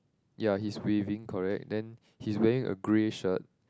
ya he's waving correct then he's wearing a grey shirt